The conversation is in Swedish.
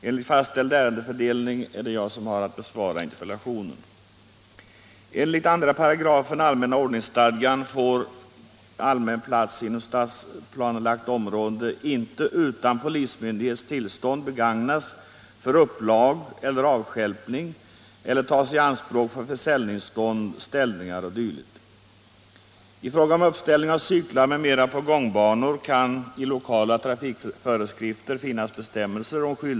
Enligt fastställd ärendefördelning är det jag som har att besvara interpellationen.